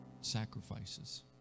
sacrifices